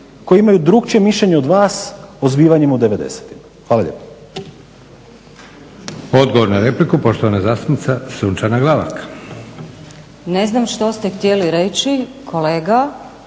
koji imaju drukčije mišljenje od vas o zbivanjima u devedesetima. Hvala lijepo.